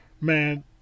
man